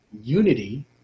Unity